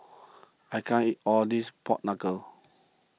I can't eat all this Pork Knuckle